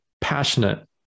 passionate